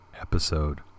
episode